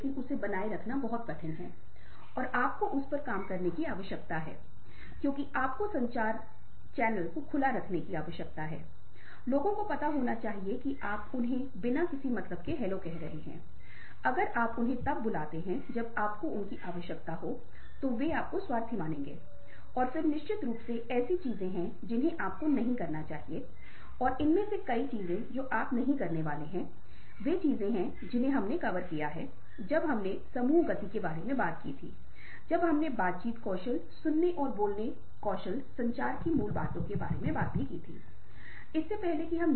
जब हम E I C या भावनात्मक बुद्धिमत्ता योग्यता बोलते हैं तो इसके अलग अलग घटक होते हैं लेकिन एक महत्वपूर्ण बात यह है कि क्या प्रेरणा या भावनाएं हैं या यह किसी के लिए प्रेरणादायक है या नेतृत्व है या एक संदर्भ में मौखिक और गैर मौखिक संचार के कुछ प्रकार दूसरे व्यक्ति के पास जाता है